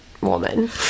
woman